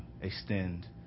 extend